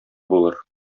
булыр